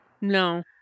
No